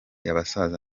abasaza